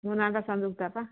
ମୋ ନାଁ'ଟା ସଂଯୁକ୍ତା ବା